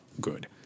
good